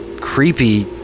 creepy